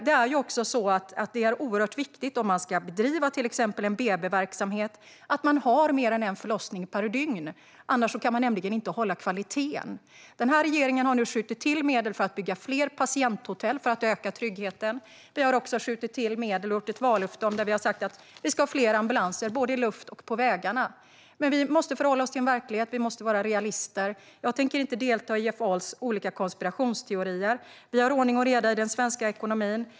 Det är också oerhört viktigt om man ska bedriva BB-verksamhet att man har mer än en förlossning per dygn. Annars kan man nämligen inte hålla kvaliteten. Den här regeringen har nu skjutit till medel för att bygga fler patienthotell för att öka tryggheten. Vi har också skjutit till medel för och gett ett vallöfte om att vi ska ha fler ambulanser, både i luften och på vägarna. Men vi måste förhålla oss till verkligheten; vi måste vara realister. Jag tänker inte delta i Jeff Ahls olika konspirationsteorier. Vi har ordning och reda i den svenska ekonomin.